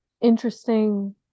interesting